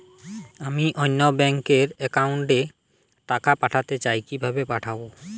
আমি অন্য ব্যাংক র অ্যাকাউন্ট এ টাকা পাঠাতে চাই কিভাবে পাঠাবো?